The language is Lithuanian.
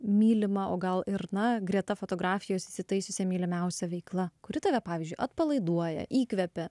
mylima o gal ir na greta fotografijos įsitaisiusia mylimiausia veikla kuri tave pavyzdžiui atpalaiduoja įkvepia